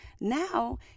Now